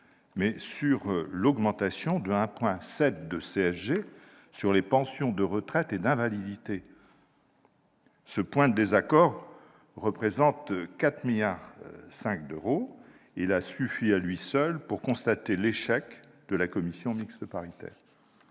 mais sur l'augmentation de 1,7 point de la CSG sur les pensions de retraite et d'invalidité. Ce point de désaccord, qui représente 4,5 milliards d'euros, a suffi, à lui seul, pour constater l'échec de la commission mixte paritaire.